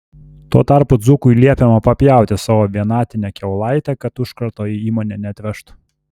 tuo tarpu dzūkui liepiama papjauti savo vienatinę kiaulaitę kad užkrato į įmonę neatvežtų